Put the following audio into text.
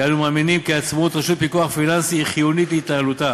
כי אנו מאמינים כי עצמאות רשות פיקוח פיננסי היא חיונית להתנהלותה,